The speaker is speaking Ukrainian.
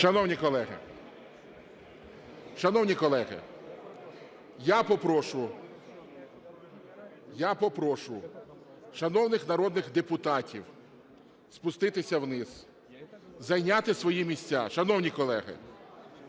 Шановні колеги! Я попрошу шановних народних депутатів спуститися вниз, зайняти свої місця.